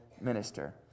minister